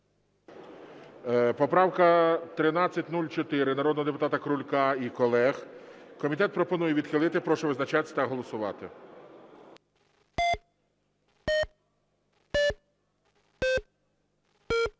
Поправка 1304 народного депутата Крулька і колег. Комітет пропонує відхилити. Прошу визначатися та голосувати.